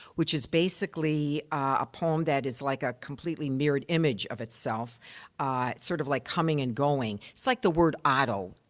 which is basically a poem that is like a completely mirrored image of itself. it's ah sort of like coming and going. it's like the word otto.